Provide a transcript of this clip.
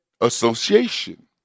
association